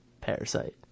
Parasite